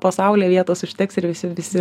po saule vietos užteks ir visi visi